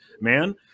man